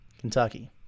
Kentucky